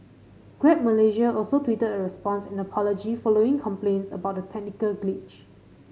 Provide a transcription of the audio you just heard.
Grab Malaysia also tweeted a response and apology following complaints about the technical glitch